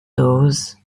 doors